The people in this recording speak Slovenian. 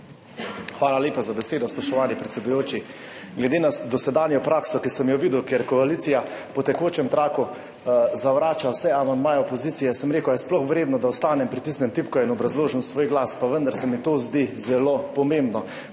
Hvala lepa za besedo, spoštovani predsedujoči. Glede na dosedanjo prakso, ki sem jo videl, ker koalicija po tekočem traku zavrača vse amandmaje opozicije, sem rekel, je sploh vredno, da ostanem, pritisnem tipko in obrazložim svoj glas. Pa vendar se mi to zdi zelo pomembno.